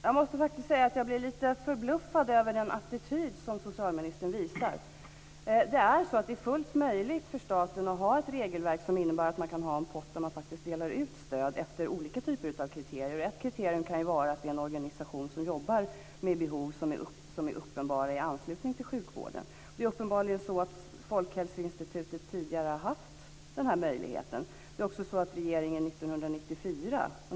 Herr talman! Jag måste säga att jag blir lite förbluffad över den attityd som socialministern intar. Det är fullt möjligt för staten att ha ett regelverk som bygger på att man från en pott delar ut stöd på olika typer av kriterier. Ett kriterium kan vara att det gäller en organisation som jobbar med uppenbara behov i anslutning till sjukvården. Det är uppenbarligen så att Folkhälsoinstitutet tidigare har haft den här möjligheten. Den här frågan har en lång historia.